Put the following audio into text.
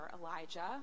Elijah